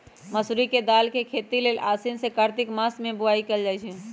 मसूरी के दाल के खेती लेल आसीन से कार्तिक मास में बोआई कएल जाइ छइ